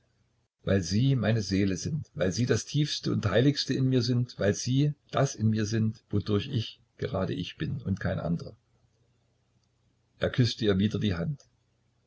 weil sie meine seele sind weil sie das tiefste und heiligste in mir sind weil sie das in mir sind wodurch ich grade ich bin und kein andrer er küßte ihr wieder die hand